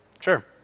Sure